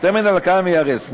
והטרמינל הקיים ייהרס.